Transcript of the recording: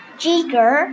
jigger